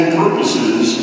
purposes